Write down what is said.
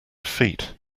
feet